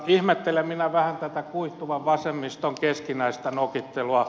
ihmettelen vähän tätä kuihtuvan vasemmiston keskinäistä nokittelua